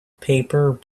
paper